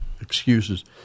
excuses